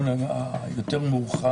לדיון המורחב.